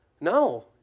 No